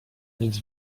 nic